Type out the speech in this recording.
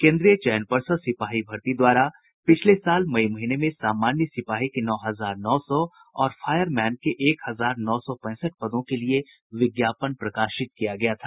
केन्द्रीय चयन पर्षद सिपाही भर्त्ती द्वारा पिछले साल मई महीने में सामान्य सिपाही के नौ हजार नौ सौ और फायर मैन के एक हजार नौ सौ पैंसठ पदों के लिए विज्ञापन निकाला गया था